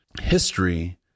history